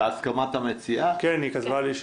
הצבעה בעד,